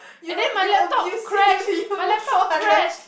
and then my laptop crashed my laptop crashed